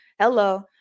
Hello